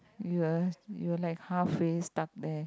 you're you're like halfway stuck there